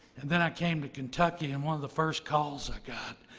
and then i came to kentucky, and one of the first calls i got,